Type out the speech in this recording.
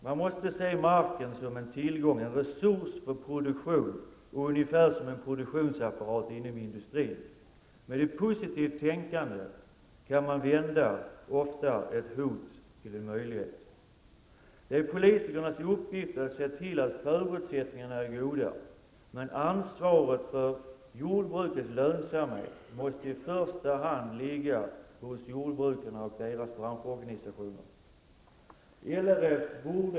Man måste se marken som en tillgång, en resurs för produktion, ungefär som en produktionsapparat inom industrin. Med ett positivt tänkande kan man ofta vända ett hot till en möjlighet. Det är politikernas uppgift att se till att förutsättningarna är goda. Men ansvaret för jordbrukets lönsamhet måste i första hand ligga hos jordbrukarna och deras branschorganisationer.